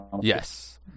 Yes